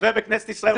חבר בכנסת ישראל,